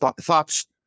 thoughts